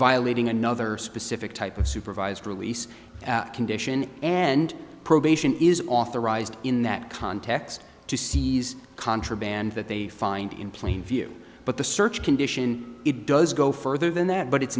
violating another specific type of supervised release condition and probation is authorized in that context to seize contraband that they find in plain view but the search condition it does go further than that but it's